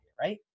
right